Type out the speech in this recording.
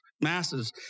masses